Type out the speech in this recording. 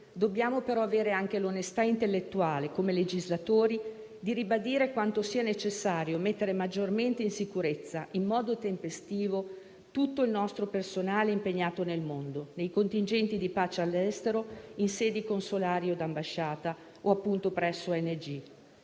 dobbiamo però avere anche l'onestà intellettuale, come legislatori, di ribadire quanto sia necessario mettere maggiormente in sicurezza in modo tempestivo tutto il nostro personale impegnato nel mondo, nei contingenti di pace all'estero, in sedi consolari o d'ambasciata o appunto presso